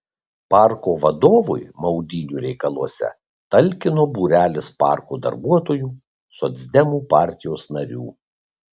parko vadovui maudynių reikaluose talkino būrelis parko darbuotojų socdemų partijos narių